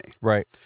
Right